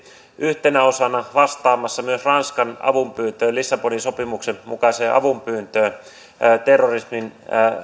yhtenä osana vastaamassa myös ranskan lissabonin sopimuksen mukaiseen avunpyyntöön